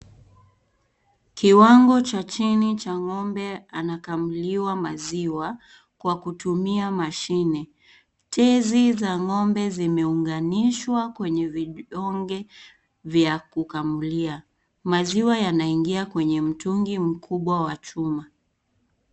Kiwango cha chini cha ng'ombe anakamuliwa maziwa kwa kutumia mashine. Tezi za ng'ombe zimeunganishwa kwenye vidonge vya kukamulia. Maziwa yanaingia kwenye mtungi mkubwa wa chuma.